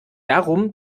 darum